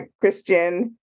Christian